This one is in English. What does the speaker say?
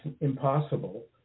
impossible